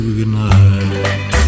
goodnight